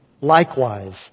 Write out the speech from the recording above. likewise